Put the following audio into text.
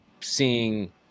Seeing